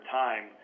time